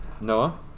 Noah